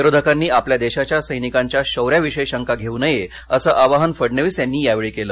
विरोधकांनी आपल्या देशाच्या सैनिकांच्या शौर्याविषयी शंका घेऊ नये असं आवाहन फडणवीस यांनी यावेळी केलं